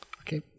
Okay